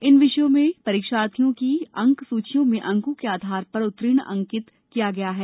इन विषयों में विद्यार्थियों की अंक सूचियों में अंकों के स्थान पर उत्तीर्ण अंकित किया गया है